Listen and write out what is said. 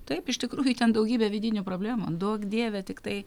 taip iš tikrųjų ten daugybė vidinių problemų duok dieve tiktai